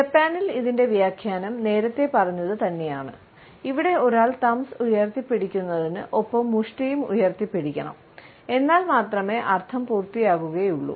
ജപ്പാനിൽ ഇതിൻറെ വ്യാഖ്യാനം നേരത്തെ പറഞ്ഞത് തന്നെയാണ് ഇവിടെ ഒരാൾ തംബ്സ് ഉയർത്തി പിടിക്കുന്നതിന് ഒപ്പം മുഷ്ടിയും ഉയർത്തിപ്പിടിക്കണം എന്നാൽ മാത്രമേ അർഥം പൂർത്തിയാകുകയുള്ളൂ